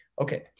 okay